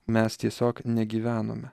mes tiesiog negyvenome